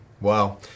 Wow